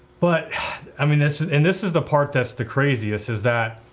but i mean this, and this is the part that's the craziest is that